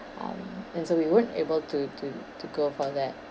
um and so we weren't able to to to go for that